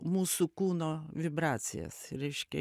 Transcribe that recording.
mūsų kūno vibracijas reiškia